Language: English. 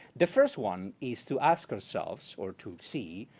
the first one is to ask ourselves, or to see,